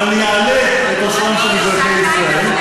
אבל אני אעלה את עושרם של אזרחי ישראל.